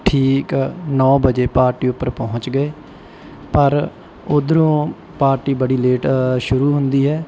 ਠੀਕ ਨੌ ਵਜੇ ਪਾਰਟੀ ਉੱਪਰ ਪਹੁੰਚ ਗਏ ਪਰ ਉੱਧਰੋਂ ਪਾਰਟੀ ਬੜੀ ਲੇਟ ਸ਼ੁਰੂ ਹੁੰਦੀ ਹੈ